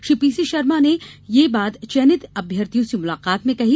श्री शर्मा ने ये बात चयनित अभ्यर्थियों से मुलाकात में कहीं